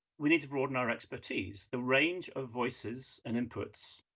we need to broaden our expertise, the range of voices and inputs